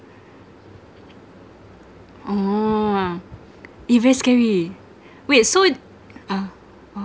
oh eh very scary wait so uh oh